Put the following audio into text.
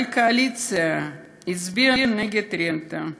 אבל הקואליציה הצביעה נגד הרנטה,